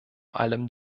allem